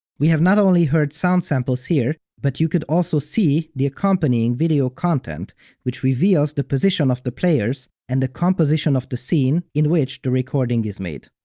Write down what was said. we have not only heard sound samples here, but could also see the accompanying video content which reveals the position of the players and the composition of the scene in which the recording is made.